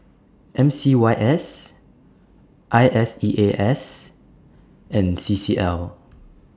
M C Y S I S E A S and C C L